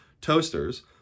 toasters